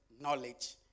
knowledge